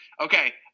Okay